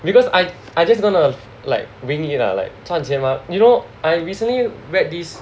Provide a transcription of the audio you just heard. because I I just going to like wing it lah like 赚钱吗 you know I recently read this